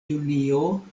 junio